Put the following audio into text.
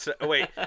Wait